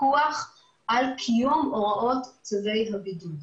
פיקוח על קיום הוראות צווי הבידוד.